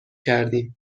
کردیم